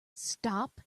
stop